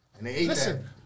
Listen